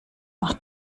macht